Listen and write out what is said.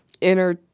inner